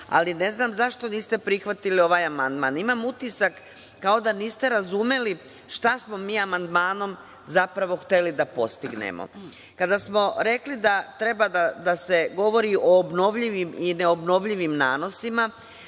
ali ne znam zašto niste prihvatili ovaj amandman. Imam utisak kao da niste razumeli šta smo mi amandmanom zapravo hteli da postignemo. Kada smo rekli da treba da se govori o obnovljivim i neobnovljivim nanosima,